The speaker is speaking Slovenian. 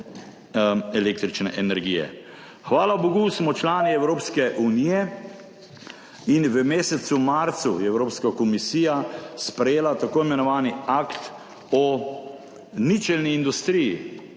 električne energije. Hvala bogu smo člani Evropske unije in v mesecu marcu je Evropska komisija sprejela tako imenovani akt o ničelni industriji,